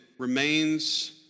remains